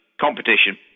competition